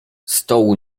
stołu